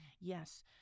Yes